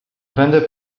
będę